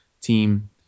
team